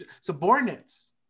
subordinates